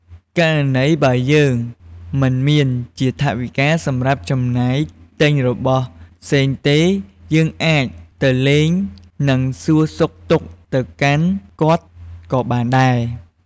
ករណីបើយើងមិនមានជាថវិការសម្រាប់ចំណាយទិញរបស់ផ្សេងទេ យើងអាចទៅលេងនិងសួរសុខទុក្ខទៅកាន់គាត់ក៏បានដែរ។